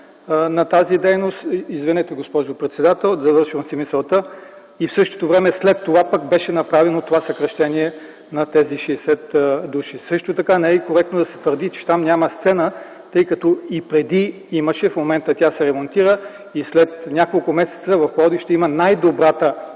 на тази дейност – извинете, госпожо председател, завършвам си мисълта – и в същото време след това пък беше направено това съкращение на 60 души. Не е и коректно да се твърди, че там няма сцена, тъй като и преди имаше – в момента тя се ремонтира, и след няколко месеца в Пловдив ще има най-добрата